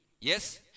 Yes